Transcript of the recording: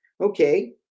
okay